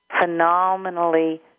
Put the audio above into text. phenomenally